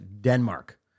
Denmark